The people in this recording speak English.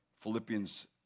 Philippians